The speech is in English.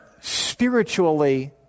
spiritually